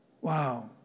Wow